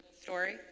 story